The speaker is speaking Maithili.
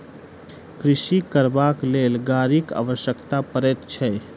कृषि करबाक लेल गाड़ीक आवश्यकता पड़ैत छै